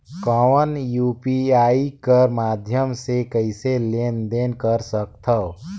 कौन यू.पी.आई कर माध्यम से कइसे लेन देन कर सकथव?